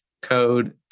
code